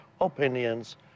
opinions